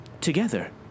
together